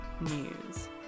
news